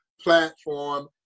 platform